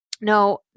No